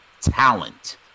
talent